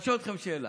אני שואל אתכם שאלה.